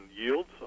yields